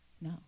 No